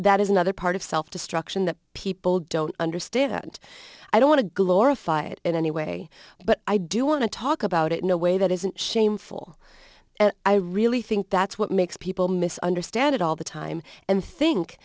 that is another part of self destruction that people don't understand i don't want to glorify it in any way but i do want to talk about it in a way that isn't shameful and i really think that's what makes people miss understand it all the time and think